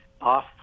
Off